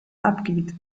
abgeht